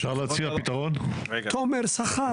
תומר, שכר.